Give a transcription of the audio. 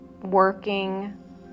working